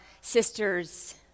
sisters